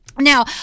Now